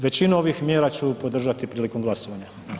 Većinu ovih mjera ću podržati prilikom glasovanja.